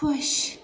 خۄش